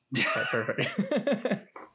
perfect